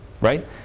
Right